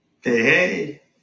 Hey